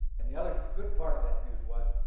and the other good part of that news was,